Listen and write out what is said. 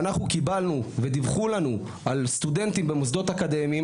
ואנחנו קיבלנו ודיווחו לנו על סטודנטים במוסדות אקדמיים